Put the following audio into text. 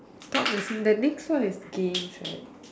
talk is it the next one is games right